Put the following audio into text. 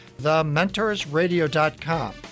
thementorsradio.com